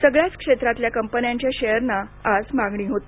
सगळ्या क्षेत्रातल्या कंपन्यांच्या शेअरना आज मागणी होती